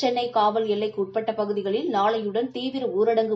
சென்னை காவல் எல்லைக்கு உட்பட்ட பகுதிகளில் நாளையுடன் தீவிர ஊரடங்கு